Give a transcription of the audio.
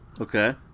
Okay